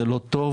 זה לא טוב,